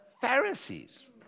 Pharisees